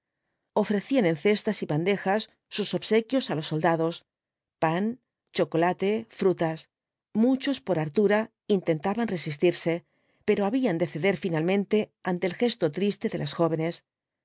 ofrecían en cestas y bandejas sus obsequios á los soldados pan chocolate frutas muchos por hartura intentaban resistirse pero habían de ceder finalmente ante el gesto triste de las jóvenes